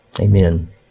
Amen